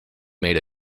made